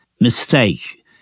mistake